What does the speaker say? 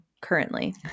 currently